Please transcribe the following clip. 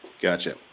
Gotcha